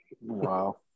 Wow